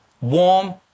Warm